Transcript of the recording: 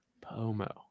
Pomo